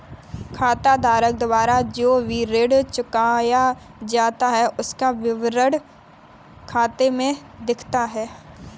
खाताधारक द्वारा जो भी ऋण चुकाया जाता है उसका विवरण खाते में दिखता है